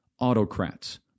autocrats